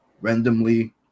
randomly